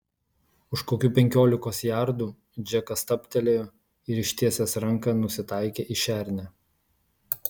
už kokių penkiolikos jardų džekas stabtelėjo ir ištiesęs ranką nusitaikė į šernę